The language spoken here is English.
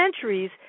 centuries